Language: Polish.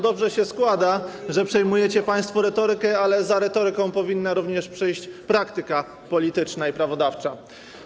Dobrze się składa, że przejmujecie państwo retorykę, ale za retoryką powinna również przyjść praktyka polityczna i prawodawcza.